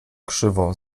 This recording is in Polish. krzywo